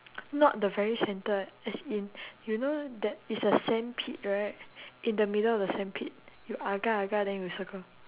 not the very center as in you know that is a sandpit right in the middle of the sandpit you agar agar then you circle